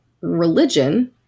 religion